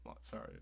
sorry